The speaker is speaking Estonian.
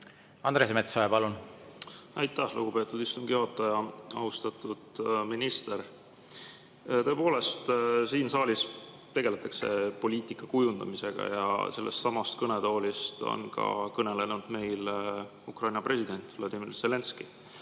Andres Metsoja, palun! Aitäh, lugupeetud istungi juhataja! Austatud minister! Tõepoolest, siin saalis tegeldakse poliitika kujundamisega ja sellestsamast kõnetoolist on meile kõnelenud ka Ukraina president Vladimir Zelenskõi.